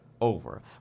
over